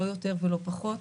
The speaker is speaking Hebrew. לא יותר ולא פחות,